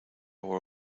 our